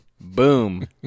Boom